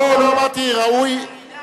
לא אמרתי שהוא לא ראוי או לא מייצג,